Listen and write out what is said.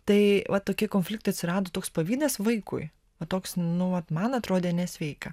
tai va tokie konfliktai atsirado toks pavydas vaikui va toks nu vat man atrodė nesveika